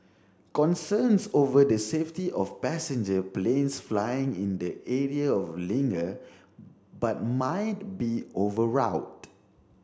concerns over the safety of passenger planes flying in the area of linger but might be overwrought